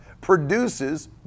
produces